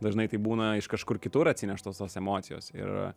dažnai tai būna iš kažkur kitur atsineštos tos emocijos ir